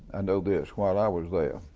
i know this, while i was there,